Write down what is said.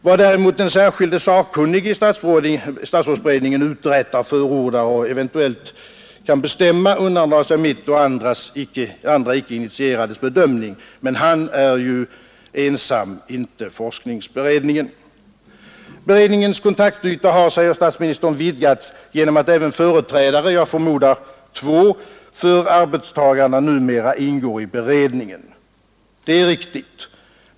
Vad däremot den särskilde sakkunnige i statsrådsberedningen uträttar, förordar och eventuellt kan bestämma undandrar sig mitt och andra icke initierades bedömning, men han utgör ju ensam inte forskningsberedningen. Beredningens kontaktyta har, säger statsministern, vidgats ”genom att även företrädare för arbetstagarna” — jag förmodar två —” numera ingår i beredningen”. Det är riktigt.